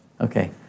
okay